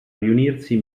riunirsi